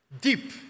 deep